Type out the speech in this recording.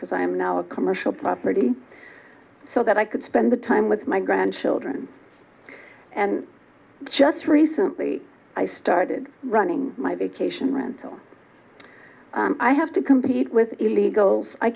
because i am now a commercial property so that i could spend the time with my grandchildren and just recently i started running my vacation rental i have to compete with illegals i